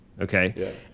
Okay